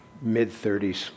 mid-30s